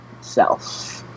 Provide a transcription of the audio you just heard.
self